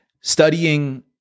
Studying